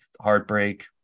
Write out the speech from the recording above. heartbreak